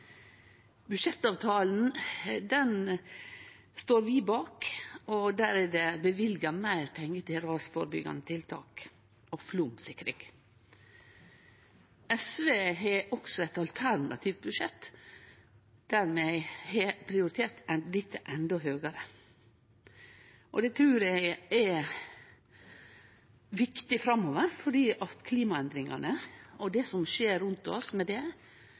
Budsjettavtalen står vi bak, og der er det løyvd meir pengar til rasførebyggjande tiltak og flaumsikring. SV har også eit alternativt budsjett der vi har prioritert dette endå høgare. Det trur eg er viktig framover, for klimaendringane og det som skjer rundt oss med det,